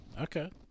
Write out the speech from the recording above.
Okay